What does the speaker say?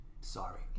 Sorry